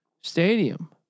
stadium